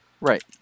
Right